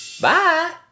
Bye